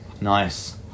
nice